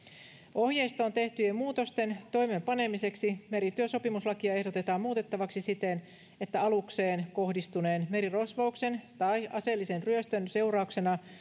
ohjeistoon tehtyjen muutosten toimeenpanemiseksi merityösopimuslakia ehdotetaan muutettavaksi siten että alukseen kohdistuneen merirosvouksen tai aseellisen ryöstön seurauksena